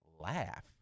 laugh